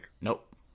Nope